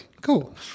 cool